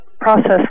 process